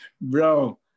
bro